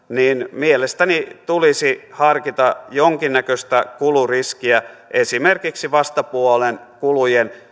mielestäni tulisi harkita jonkinnäköistä kuluriskiä esimerkiksi vastapuolen kulujen